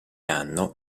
hanno